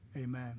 amen